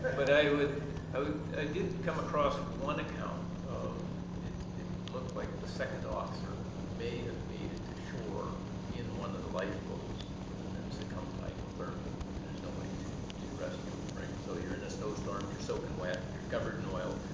but i did come across one account of it looked like the second officer may have made it to shore in one of the lifeboats and then succumbed to hypothermia, because there's nobody to to rescue him, right? so you're in a snowstorm. you're soaking wet. you're covered in oil.